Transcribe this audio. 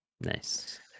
nice